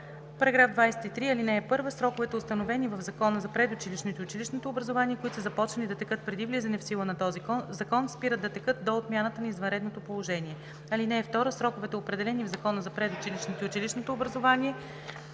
§ 23. (1) Сроковете, установени в Закона за предучилищното и училищното образование, които са започнали да текат преди влизането в сила на този закон, спират да текат до отмяната на извънредното положение. (2) Сроковете, определени в Закона за предучилищното и училищното образование